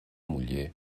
muller